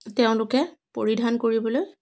তেওঁলোকে পৰিধান কৰিবলৈ